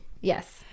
Yes